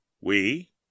We